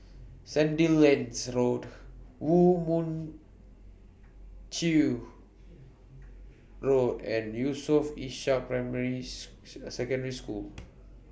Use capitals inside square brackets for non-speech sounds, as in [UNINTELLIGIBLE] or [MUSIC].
Sandilands Road Woo Mon Chew Road and Yusof Ishak Primary [UNINTELLIGIBLE] Secondary School